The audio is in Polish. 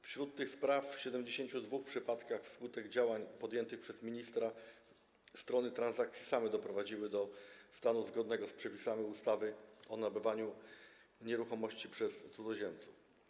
Wśród tych spraw w 72 przypadkach wskutek działań podjętych przez ministra strony transakcji same doprowadziły do stanu zgodnego z przepisami ustawy o nabywaniu nieruchomości przez cudzoziemców.